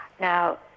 Now